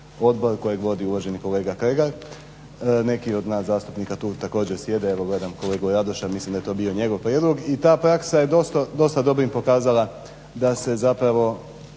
odbor kojeg vodi uvaženi kolega Kregar. Neki od nas zastupnika tu također sjede, evo gledam kolegu Radoša, mislim da je to bio njegov prijedlog, i ta praksa je dosta dobrim pokazala da se zapravo